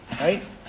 Right